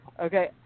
Okay